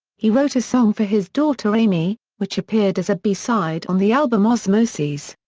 he wrote a song for his daughter aimee, which appeared as a b-side on the album ozzmosis.